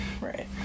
right